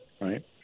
right